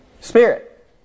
Spirit